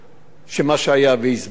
שמה שהיה, והסברתי,